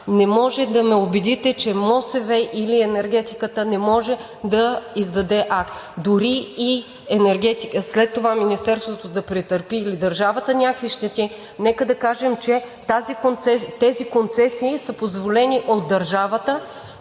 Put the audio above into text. не може да ме убедите, че МОСВ или Енергетиката не може да издаде акт. Дори и след това Министерството да претърпи или държавата някакви щети, нека да кажем, че тези концесии са позволени от държавата